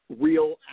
real